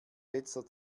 letzter